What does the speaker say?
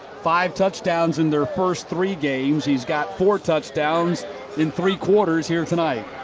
five touchdowns in their first three games. he's got four touchdowns in three quarters here tonight.